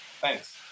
Thanks